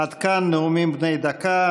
עד כאן נאומים בני דקה.